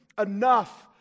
enough